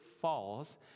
falls